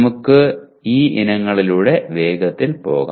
നമുക്ക് ഈ ഇനങ്ങളിലൂടെ വേഗത്തിൽ പോകാം